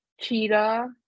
cheetah